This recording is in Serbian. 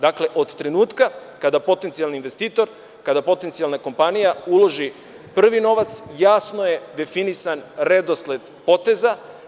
Dakle, od trenutka kada potencijalni investitor, kada potencijalna kompanija uloži prvi novac jasno je definisan redosled poteza.